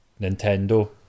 nintendo